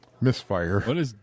Misfire